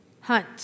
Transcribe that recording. Hunt